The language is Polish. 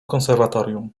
konserwatorium